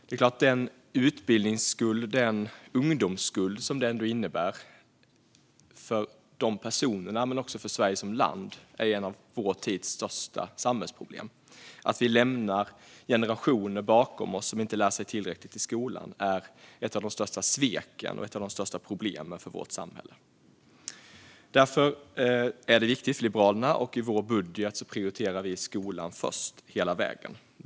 Den utbildningsskuld och ungdomsskuld som detta innebär för de personerna och för Sverige som land är ett av vår tids största samhällsproblem. Vi lämnar generationer bakom oss som inte lär sig tillräckligt i skolan. Det är ett av de största sveken. Detta är viktigt för Liberalerna. I vår budget prioriterar vi skolan först hela vägen.